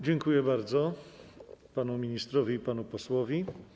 Dziękuję bardzo panu ministrowi i panu posłowi.